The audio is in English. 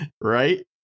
Right